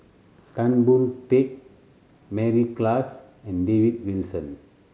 Tan Boon Teik Mary Klass and David Wilson